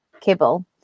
kibble